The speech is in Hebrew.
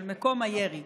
של מקום הירי,